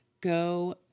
go